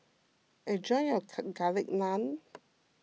enjoy your Garlic Naan